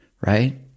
right